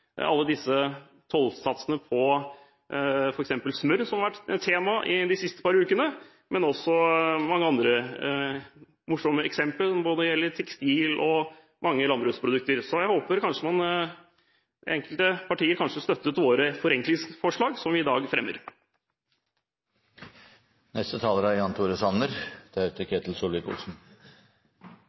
alle disse tollsatsene på f.eks. smør som har vært tema i de siste par ukene, men det er også mange andre morsomme eksempler når det gjelder både tekstiler og mange landbruksprodukter. Jeg håper enkelte partier kanskje støtter våre forenklingsforslag som vi i dag fremmer. Bare noen få merknader til noen påstander som er